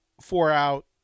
four-out